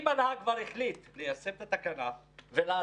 אם הנהג כבר החליט ליישם את התקנה ולעצור